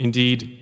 Indeed